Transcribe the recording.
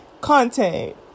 content